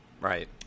Right